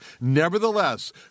Nevertheless